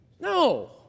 No